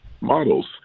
models